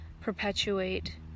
perpetuate